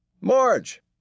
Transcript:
Marge